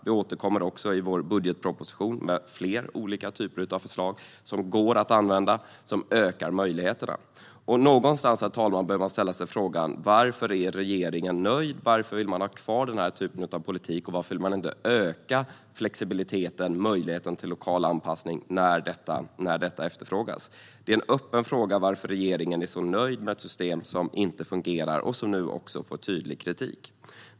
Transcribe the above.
Vi återkommer i vår budgetproposition med fler förslag av olika typ som går att använda och ökar möjligheterna. Någonstans, herr talman, bör man fråga sig varför regeringen är nöjd. Varför vill den ha kvar denna typ av politik, och varför vill den inte öka flexibiliteten och möjligheten till lokal anpassning när detta efterfrågas? Det är en öppen fråga varför regeringen är så nöjd med ett system som inte fungerar och som nu också får tydlig kritik.